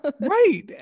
Right